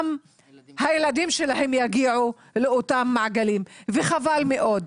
גם הילדים שלהם יגיעו לאותם מעגלים וחבל מאוד.